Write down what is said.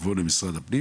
יבוא למשרד הפנים